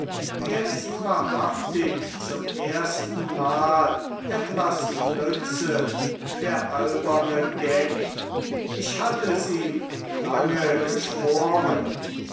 er ist wahrhaftig zum erstenmal etwas nütze der alberne geck ich hatt es ihm lange geschworen